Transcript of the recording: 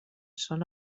són